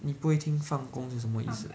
你不会听放工是什么意思